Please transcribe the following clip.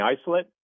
isolate